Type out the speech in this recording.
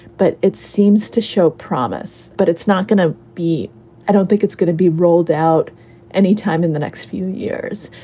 but it seems to show promise, but it's not going to be i don't think it's going to be rolled out anytime in the next few years,